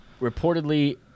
reportedly